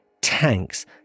tanks